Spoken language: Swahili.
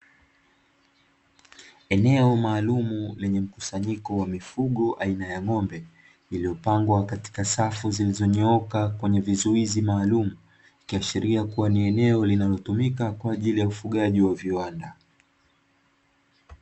Eneo maalumu lenye mkusanyiko wa mifugo aina ya ng'ombe iliyopangwa katika safu zilizonyooka kwenye vizuizi maalumu, ikiashiria kuwa ni eneo linalotumika kwa ajili ya ufugaji wa viwanda.